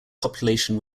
population